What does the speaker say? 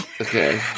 Okay